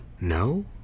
No